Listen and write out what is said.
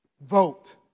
Vote